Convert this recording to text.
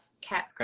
cat